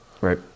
Right